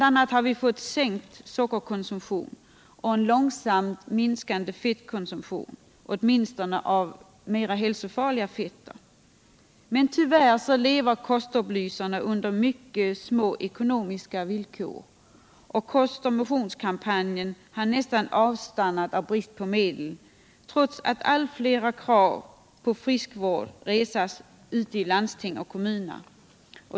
a. har vi fått sänkt sockerkonsumtion och en långsamt minskande fett Jordbrukspolitikonsumtion, åtminstone av mera hälsofarliga fetter. Tyvärr lever kostken, m.m. upplysarna under mycket små ekonomiska villkor, och kostoch mo tionskampanjen har nästan avstannat i brist på medel, trots att allt fler krav på friskvård reses ute i landsting och kommuner.